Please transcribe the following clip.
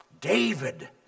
David